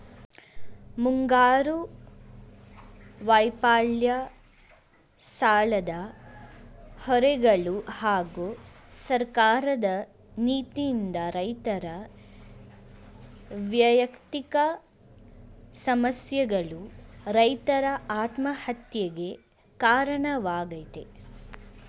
ಮುಂಗಾರು ವೈಫಲ್ಯ ಸಾಲದ ಹೊರೆಗಳು ಹಾಗೂ ಸರ್ಕಾರದ ನೀತಿಯಿಂದ ರೈತರ ವ್ಯಯಕ್ತಿಕ ಸಮಸ್ಯೆಗಳು ರೈತರ ಆತ್ಮಹತ್ಯೆಗೆ ಕಾರಣವಾಗಯ್ತೆ